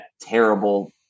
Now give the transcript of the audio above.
terrible